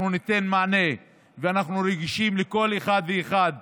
אנחנו ניתן מענה ואנחנו רגישים לכל אחד ואחד,